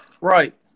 Right